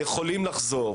יכולים לחזור